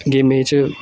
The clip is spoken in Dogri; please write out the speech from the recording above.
गेम गेमें च